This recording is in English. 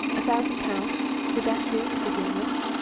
a thousand pounds would that do, to begin with.